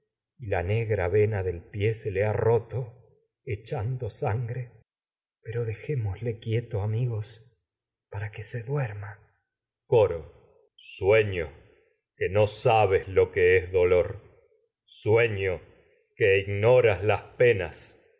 y negra vena del pie se le ha roto echando sangre pero dejémosle quie to amigos para que se duerma sabes a coro sueño que no lo que es dolor sueño oh ojos rey esa que ignoras las penas